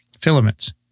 filaments